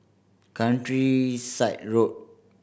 Countryside Road